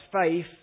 faith